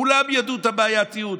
כולם ידעו את הבעייתיות.